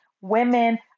women